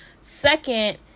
Second